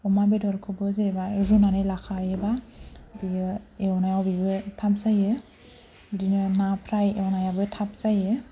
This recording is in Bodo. अमा बेदरखौबो जेन'बा रुनानै लाखायोबा बियो एवनाया बिबो थाब जायो बिदिनो ना फ्राय एवनायाबो थाब जायो